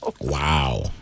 Wow